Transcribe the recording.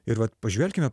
ir vat pažvelkime